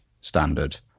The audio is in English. standard